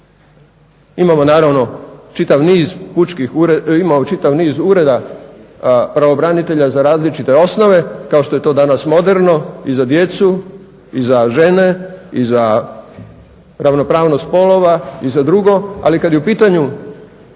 Imamo naravno čitav niz ureda pravobranitelja za različite osnove kao što je to danas moderno i za djecu i za žene i za ravnopravnost spolova i za drugo, ali kad je u pitanju